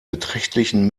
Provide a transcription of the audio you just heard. beträchtlichen